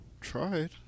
tried